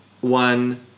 one